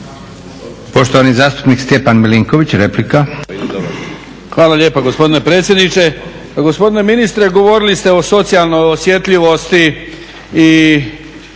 Poštovani zastupnik Stjepan Milinković, replika. **Milinković, Stjepan (HDZ)** Hvala lijepa gospodine predsjedniče. Gospodine ministre, govorili ste o socijalnoj osjetljivosti i